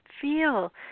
feel